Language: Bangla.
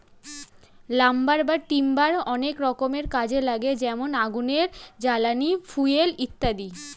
লাম্বার বা টিম্বার অনেক রকমের কাজে লাগে যেমন আগুনের জ্বালানি, ফুয়েল ইত্যাদি